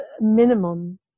minimum